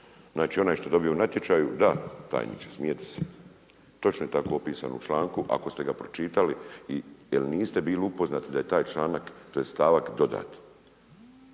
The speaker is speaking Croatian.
Znači onaj što je dobio u natječaju, da, tajniče smijete se, točno je tako opisano u članku, ako ste ga pročitali jel niste bili upoznati da je taj članak tj. stavak dodat.